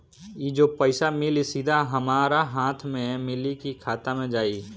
ई जो पइसा मिली सीधा हमरा हाथ में मिली कि खाता में जाई?